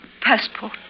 passport